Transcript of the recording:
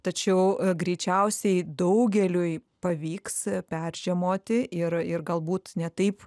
tačiau greičiausiai daugeliui pavyks peržiemoti ir ir galbūt ne taip